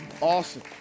Awesome